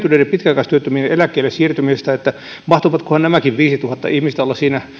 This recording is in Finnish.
pitkäaikaistyöttömien eläkkeelle siirtymisestä että mahtavatkohan nämäkin viisituhatta ihmistä olla siinä